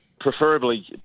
preferably